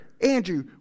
Andrew